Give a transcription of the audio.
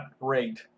rate